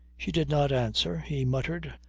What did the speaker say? she did not answer. he muttered,